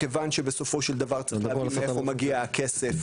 מכיוון שבסופו של דבר צריך להבין מאיפה מגיע הכסף,